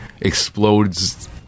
explodes